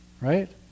right